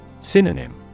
Synonym